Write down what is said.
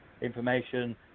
information